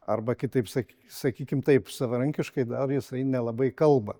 arba kitaip sak sakykim taip savarankiškai dar jisai nelabai kalba